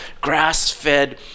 grass-fed